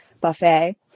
buffet